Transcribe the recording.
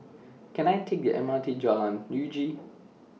Can I Take The M R T Jalan Uji